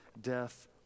death